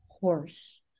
horse